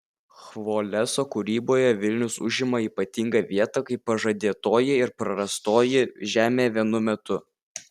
chvoleso kūryboje vilnius užima ypatingą vietą kaip pažadėtoji ir prarastoji žemė vienu metu